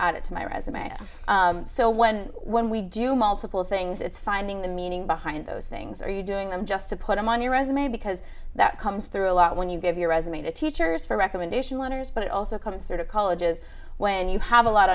it's my resume so when when we do multiple things it's finding the meaning behind those things are you doing them just to put them on your resume because that comes through a lot when you give your resume to teachers for recommendation letters but it also comes through to colleges when you have a lot